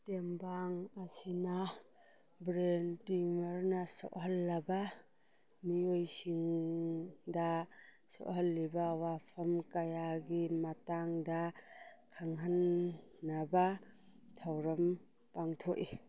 ꯇꯦꯡꯕꯥꯡ ꯑꯁꯤꯅ ꯕ꯭ꯔꯦꯟ ꯇ꯭ꯌꯨꯃꯔꯅ ꯁꯣꯛꯍꯜꯂꯕ ꯃꯤꯑꯣꯏꯁꯤꯡꯗ ꯁꯣꯛꯍꯜꯂꯤꯕ ꯋꯥꯐꯝ ꯀꯌꯥꯒꯤ ꯃꯇꯥꯡꯗ ꯈꯪꯍꯟꯅꯕ ꯊꯧꯔꯝ ꯄꯥꯡꯊꯣꯛꯏ